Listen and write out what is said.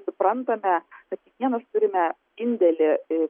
suprantame kad kiekvienas turime indėlį į